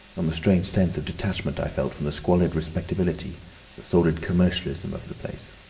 and the strange sense of detachment i felt from the squalid respectability, the sordid commercialism of the place.